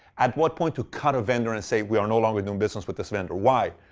at what point to cut a vendor and say, we are no longer doing business with this vendor. why?